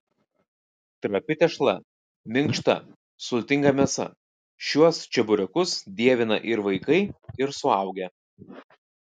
trapi tešla minkšta sultinga mėsa šiuos čeburekus dievina ir vaikai ir suaugę